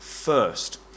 First